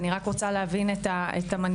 אני רק רוצה להבין את המנגנון,